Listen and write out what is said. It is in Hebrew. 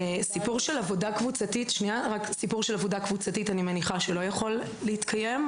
סיפור של עבודה קבוצתית אני מניחה שלא יכול להתקיים.